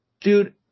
dude